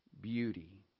beauty